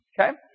Okay